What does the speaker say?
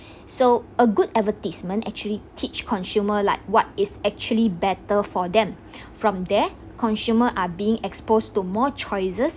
so a good advertisement actually teach consumer like what is actually better for them from there consumer are being exposed to more choices